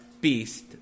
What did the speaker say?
beast